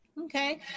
Okay